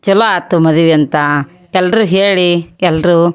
ಚೊಲೋ ಆಯ್ತು ಮದ್ವೆ ಅಂತ ಎಲ್ಲರೂ ಹೇಳಿ ಎಲ್ಲರೂ